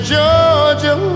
Georgia